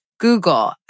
Google